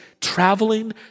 traveling